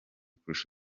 chris